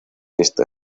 está